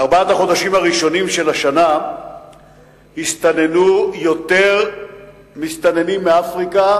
בארבעת החודשים הראשונים של השנה הסתננו יותר מסתננים מאפריקה